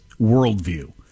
worldview